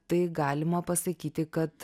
tai galima pasakyti kad